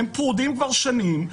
הם פרודים כבר שנים,